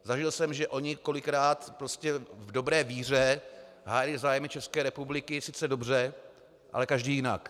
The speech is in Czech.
Zažil jsem, že ony kolikrát v dobré víře hájily zájmy České republiky sice dobře, ale každá jinak.